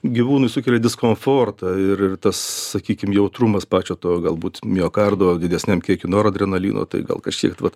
gyvūnui sukelia diskomfortą ir ir tas sakykim jautrumas pačio to galbūt miokardo didesniam kiekiui noradrenalino tai gal kažkiek vat